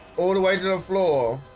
all the way to the floor